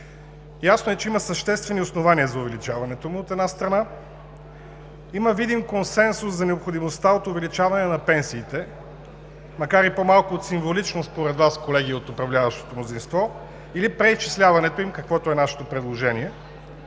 ясно, че има съществени основания за увеличаването му, от една страна, има видим консенсус за необходимостта от увеличаване на пенсиите, макар и по-малко от символично според Вас, колеги от управляващото мнозинство, или преизчисляването им, каквото е нашето предложение,